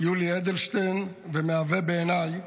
יולי אדלשטיין, ומהווה בעיניי